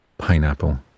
Pineapple